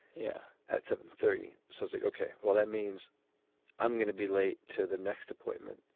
yeah. at seven thirty something. okay. well that means i'm gonna be late to the next appointment.